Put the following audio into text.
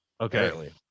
Okay